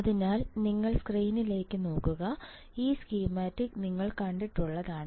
തിനാൽ നിങ്ങൾ സ്ക്രീനിലേക്ക് നോക്കുക ഈ സ്കീമാറ്റിക് നിങ്ങൾ കണ്ടിട്ടുള്ളതാണ്